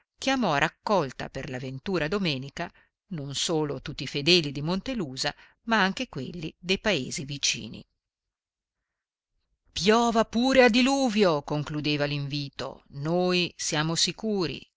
chiamò a raccolta per la ventura domenica non solo tutti i fedeli di montelusa ma anche quelli dei paesi vicini piova pure a diluvio concludeva l'invito noi siamo sicuri